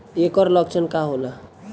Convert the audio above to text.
ऐकर लक्षण का होला?